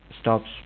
stops